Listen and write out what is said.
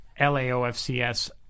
LAOFCS